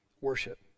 worship